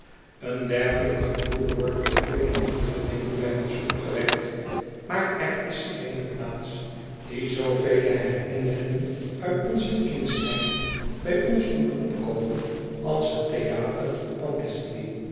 een dergelijk gevoel wordt door vele andere dingen bij ons opgewekt maar er is geene plaats die zoovele herinneringen uit onze kindschheid bij ons doet opkomen als het theater van